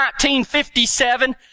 1957